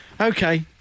Okay